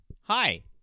hi